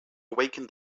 awaken